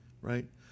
right